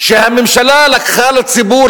שהממשלה לקחה לציבור,